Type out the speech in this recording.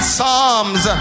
Psalms